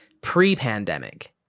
pre-pandemic